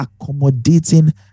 accommodating